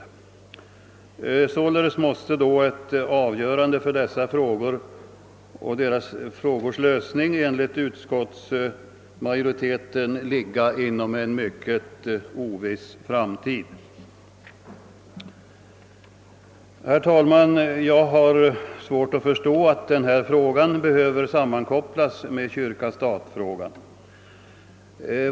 Således måste då ett avgörande beträffande dessa frågors lösning enligt utskottsmajoritetens mening ligga inom en mycket oviss framtid. Herr talman! Jag har svårt att förstå att denna fråga behöver sammankopplas med kyrka—stat-frågan.